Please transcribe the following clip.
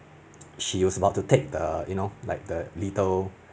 she was about to take the you know like the little